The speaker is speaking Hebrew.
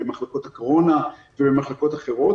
במחלקות הקורונה ובמחלקות אחרות.